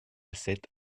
cette